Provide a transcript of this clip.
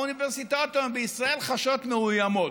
האוניברסיטאות בישראל חשות מאוימות,